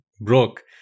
broke